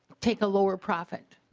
take a lower profit.